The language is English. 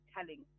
telling